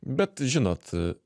bet žinot